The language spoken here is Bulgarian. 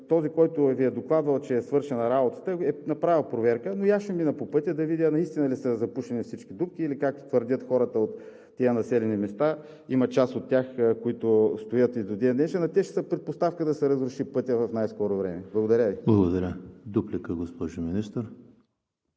този, който Ви е докладвал, че е свършена работата, е направил проверка, но и аз ще мина по пътя да видя наистина ли са запушени всички дупки или, както твърдят хората от тези населени места, има част от тях, които стоят и до ден днешен. А те ще са предпоставка да се разруши пътят в най-скоро време. Благодаря Ви. ПРЕДСЕДАТЕЛ ЕМИЛ ХРИСТОВ: Благодаря. Дуплика – госпожо Министър.